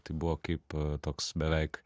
tai buvo kaip toks beveik